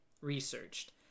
researched